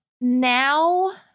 Now